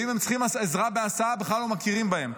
ואם הם צריכים עזרה בהסעה בכלל לא מכירים בהם.